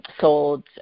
sold